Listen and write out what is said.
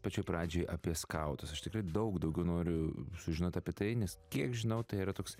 pačioj pradžioj apie skautus aš tikrai daug daugiau noriu sužinot apie tai nes kiek žinau tai yra toks